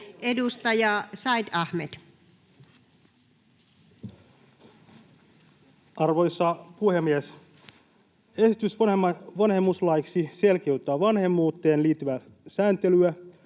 14:35 Content: Arvoisa puhemies! Esitys vanhemmuuslaiksi selkiyttää vanhemmuuteen liittyvää sääntelyä.